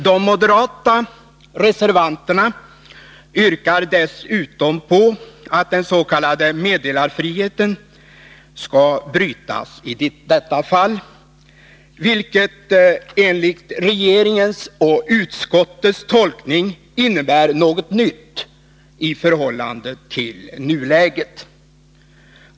De moderata reservanterna yrkar dessutom att den s.k. meddelarfriheten skall brytas i detta fall, vilket enligt regeringens och utskottets tolkning innebär något nytt i förhållande till nuläget.